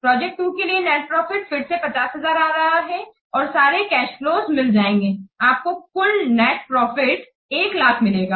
project 2 के लिए net profit फिर से 50000 आ रहा है आपको सारे कैश फ्लोज मिल जाएंगे आपको कुल नेट प्रॉफिट 100000 मिलेगा